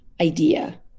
idea